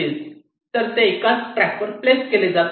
नंतर ते एकाच ट्रॅक वर प्लेस केले जातील